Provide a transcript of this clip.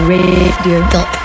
Radio